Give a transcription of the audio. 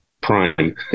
prime